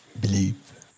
believe